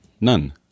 none